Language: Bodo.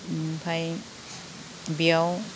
ओमफाय बियाव